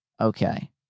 Okay